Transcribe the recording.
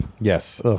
yes